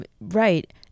right